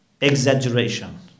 exaggeration